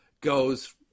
goes